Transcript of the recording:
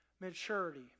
maturity